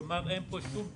כלומר אין פה שום פגיעה,